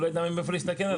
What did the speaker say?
הוא לא ידע מאיפה להסתכל עליו.